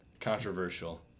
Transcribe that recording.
controversial